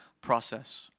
process